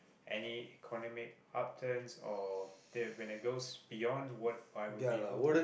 any economic upturns or th~ when I goes beyond word I would be able to